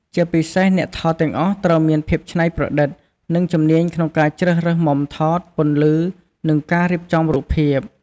ជាពិសេស អ្នកថតទាំងអស់ត្រូវមានភាពច្នៃប្រឌិត និងជំនាញក្នុងការជ្រើសរើសមុំថត ពន្លឺ និងការរៀបចំរូបភាព។